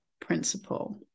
principle